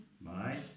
Bye